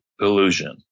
illusion